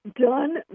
Done